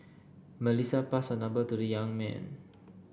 Melissa passed her number to the young man